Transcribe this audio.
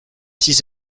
six